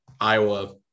Iowa